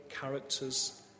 characters